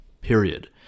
period